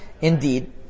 indeed